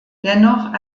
dennoch